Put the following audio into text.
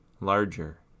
larger